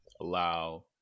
allow